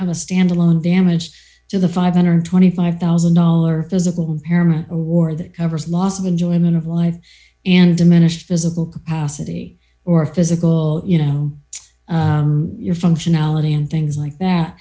have a standalone damage to the five hundred and twenty five thousand dollars physical impairment a war that covers loss of enjoyment of life and diminished visible capacity or physical you know your functionality and things like that